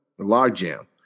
logjam